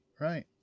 right